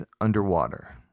Underwater